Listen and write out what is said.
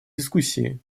дискуссии